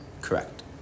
Correct